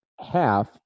half